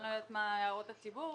אני לא יודעת מה הערות הציבור.